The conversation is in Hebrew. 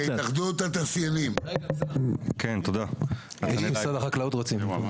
התאחדות התעשיינים, ואחר כך משרד החקלאות.